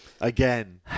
Again